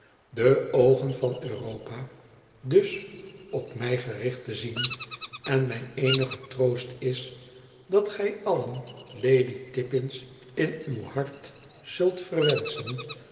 de ooen van europa dus op mij gericht te zien en mijn eenige troost is dat gij allen lady tippins in uw hart zult verwenschen